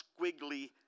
squiggly